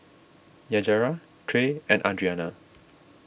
Yajaira Trae and Adrianna